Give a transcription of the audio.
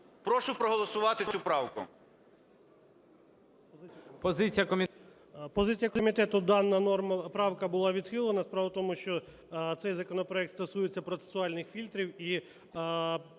Прошу проголосувати цю правку.